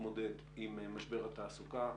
להתמודד עם משבר התעסוקה.